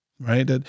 right